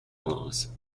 laws